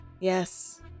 Yes